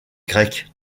grec